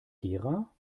gera